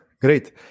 Great